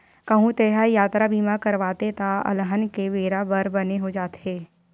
कहूँ तेंहा यातरा बीमा करवाबे त अलहन के बेरा बर बने हो जाथे